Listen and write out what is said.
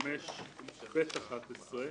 (ב)(11).